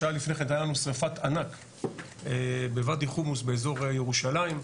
שעה לפני כן הייתה לנו שריפת ענק בוואדי חומוס באזור ירושלים,